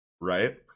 right